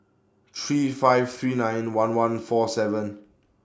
three five three nine one one four seven